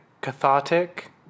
cathartic